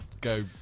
go